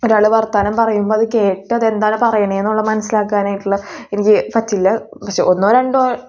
ഒരാൾ വർത്താനം പറയുമ്പോൾ അത് കേട്ടത് എന്താണ് പറയണതെന്നുള്ള മനസ്സിലാക്കാനായിട്ടുള്ള എനിക്ക് പറ്റില്ല പക്ഷെ ഒന്നോ രണ്ടോ